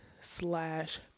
slash